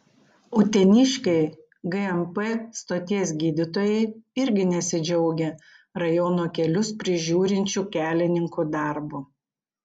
uteniškiai gmp stoties gydytojai irgi nesidžiaugia rajono kelius prižiūrinčių kelininkų darbu